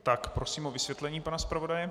Tak prosím o vysvětlení pana zpravodaje.